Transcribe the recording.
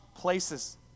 places